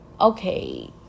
okay